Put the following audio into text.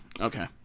Okay